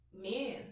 men